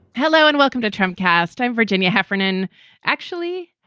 hello and welcome to tramcars time, virginia heffernan actually,